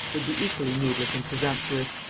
would be equally needless and presumptuous.